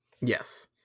yes